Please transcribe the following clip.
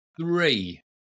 three